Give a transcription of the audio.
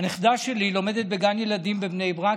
הנכדה שלי לומדת בגן ילדים בבני ברק,